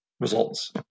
results